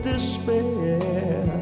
despair